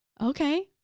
okay.